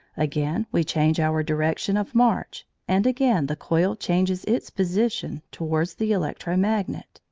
again we change our direction of march, and again the coil changes its position towards the electro-magnet.